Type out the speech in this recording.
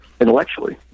intellectually